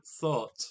thought